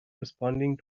responding